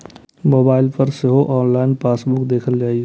mobile पर सेहो online passbook देखल जा सकैए